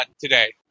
today